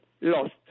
lost